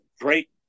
great